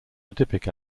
adipic